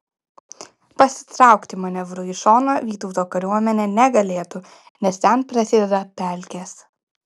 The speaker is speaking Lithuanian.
pasitraukti manevrui į šoną vytauto kariuomenė negalėtų nes ten prasideda pelkės